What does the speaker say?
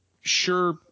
sure